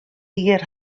jier